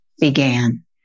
began